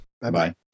Bye-bye